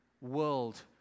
world